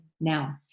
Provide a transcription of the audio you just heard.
now